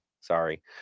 sorry